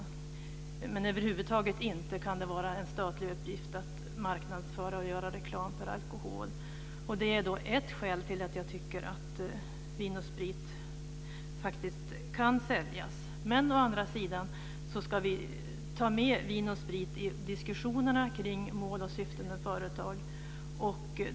Det kan över huvud taget inte vara en statlig uppgift att marknadsföra och göra reklam för alkohol. Det är då ett skäl till att jag tycker att Vin & Sprit faktiskt kan säljas. Å andra sidan ska vi ta med Vin & Sprit i diskussionerna kring mål och syfte med företag.